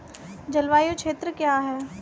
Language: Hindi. जलवायु क्षेत्र क्या है?